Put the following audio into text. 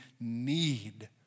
need